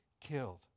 killed